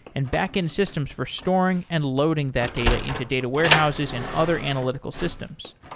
and backend systems for storing and loading that data into data warehouses and other analytical systems.